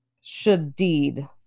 Shadid